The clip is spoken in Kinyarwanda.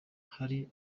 hari